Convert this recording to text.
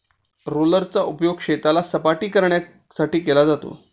रोलरचा उपयोग शेताला सपाटकरण्यासाठी केला जातो